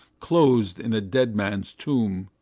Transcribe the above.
clos'd in a dead man's tomb!